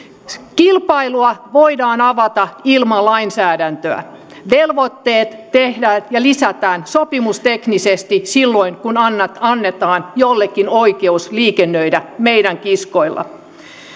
kilpailua voidaan avata ilman lainsäädäntöä velvoitteet tehdään ja lisätään sopimusteknisesti silloin kun annetaan jollekin oikeus liikennöidä meidän kiskoilla